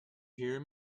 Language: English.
hear